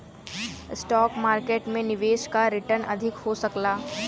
stock market में निवेश क रीटर्न अधिक हो सकला